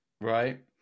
Right